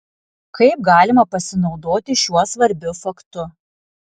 kaip galima pasinaudoti šiuo svarbiu faktu